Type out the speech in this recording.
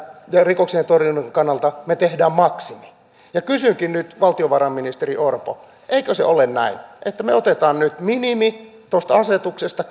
ja rikoksientorjunnan kannalta me teemme maksimin kansallista lainsäädäntöä kysynkin nyt valtiovarainministeri orpo eikö se ole näin että me otamme nyt minimin tuosta asetuksesta